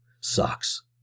sucks